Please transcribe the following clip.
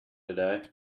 today